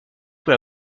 pour